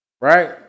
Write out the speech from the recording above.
Right